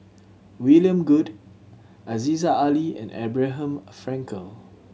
William Goode Aziza Ali and Abraham Frankel